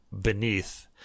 beneath